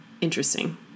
Interesting